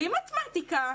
בלי מתמטיקה,